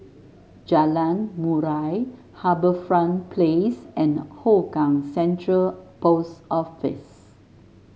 Jalan Murai HarbourFront Place and Hougang Central Post Office